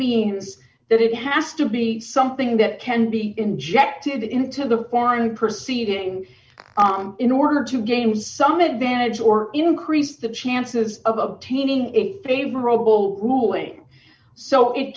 means that it has to be something that can be injected into the current proceeding in order to gain some advantage or increase the chances of obtaining a favorable ruling so it